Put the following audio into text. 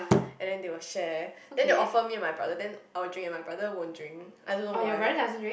and then they will share then they offer me and my brother then I will drink and my brother won't drink I don't know why